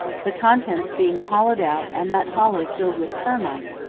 the contents being hollowed out and that hollow filled with thermite,